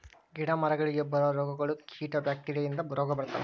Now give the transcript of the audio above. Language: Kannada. ಗಿಡಾ ಮರಗಳಿಗೆ ಬರು ರೋಗಗಳು, ಕೇಟಾ ಬ್ಯಾಕ್ಟೇರಿಯಾ ಇಂದ ರೋಗಾ ಬರ್ತಾವ